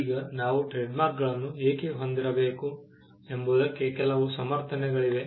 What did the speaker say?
ಈಗ ನಾವು ಟ್ರೇಡ್ಮಾರ್ಕ್ಗಳನ್ನು ಏಕೆ ಹೊಂದಿರಬೇಕು ಎಂಬುದಕ್ಕೆ ಕೆಲವು ಸಮರ್ಥನೆಗಳಿವೆ